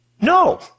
No